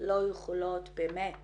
לא יכולות באמת